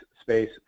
space